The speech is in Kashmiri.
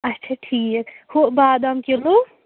اچھا ٹھیٖک ہُہ بادام کِلوٗ